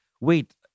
wait